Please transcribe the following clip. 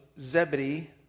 Zebedee